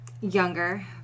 younger